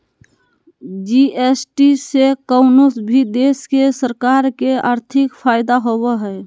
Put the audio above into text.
GST से कउनो भी देश के सरकार के आर्थिक फायदा होबो हय